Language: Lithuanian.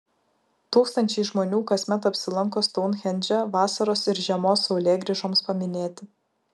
tūkstančiai žmonių kasmet apsilanko stounhendže vasaros ir žiemos saulėgrįžoms paminėti